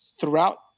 throughout